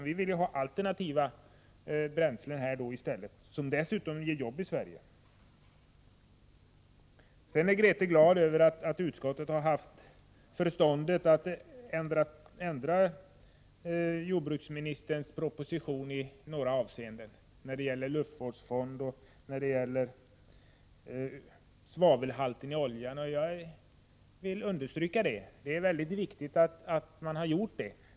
Vi vill ha alternativa bränslen, som dessutom ger jobb i Sverige. Grethe Lundblad är glad över att utskottet har haft förstånd att ändra jordbruksministerns proposition i några avseenden — när det gäller luftvårdsfond och när det gäller svavelhalten i olja. Jag vill understryka att det är viktigt att man har gjort så.